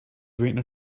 waiting